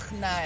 no